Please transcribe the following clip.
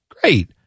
great